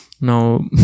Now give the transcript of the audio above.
Now